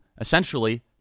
essentially